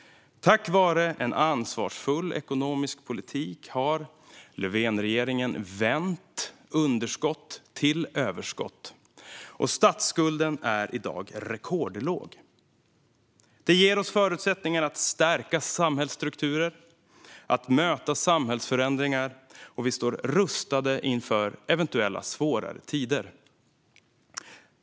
Tack vare en ansvarsfull ekonomisk politik har Löfvenregeringen vänt underskott till överskott, och statsskulden är i dag rekordlåg. Det ger oss förutsättningar att stärka samhällsstrukturer och att möta samhällsförändringar, och vi står rustade inför eventuella svårare tider.